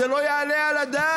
זה לא יעלה על הדעת.